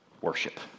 worship